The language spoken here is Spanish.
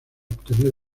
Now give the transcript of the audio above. obtener